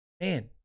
man